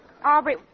Aubrey